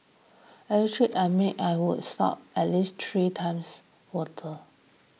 every trip I made I would stop at least three times water